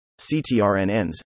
CTRNNs